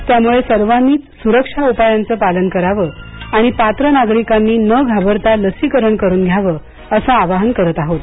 त्यामुळे सर्वांनीच सुरक्षा उपायांचं पालन करावं आणि पात्र नागरिकांनी न घाबरता लसीकरण करून घ्यावं असं आवाहन करत आहोत